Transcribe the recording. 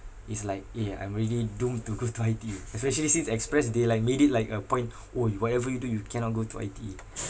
it's like eh I'm really doomed to go to I_T_E especially since express they like made it like a point orh you whatever you do you cannot go to I_T_E